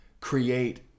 create